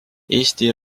eesti